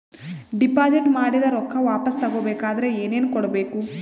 Deposit ಮಾಡಿದ ರೊಕ್ಕ ವಾಪಸ್ ತಗೊಬೇಕಾದ್ರ ಏನೇನು ಕೊಡಬೇಕು?